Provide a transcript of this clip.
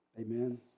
Amen